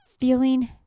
Feeling